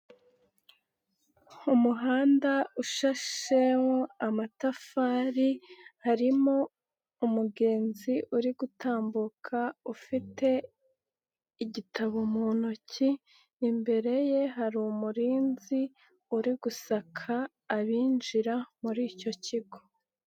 Umuhanda ushasheho amatafari harimo umugenzi uri gutambuka ufite igitabo mu ntoki, imbere ye hari umurinzi uri gusaka abinjira muri icyo kigo.